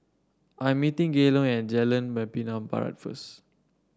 I am meeting Gaylon at Jalan Membina Barat first